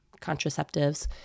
contraceptives